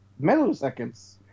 milliseconds